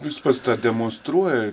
jis pats tą demonstruoja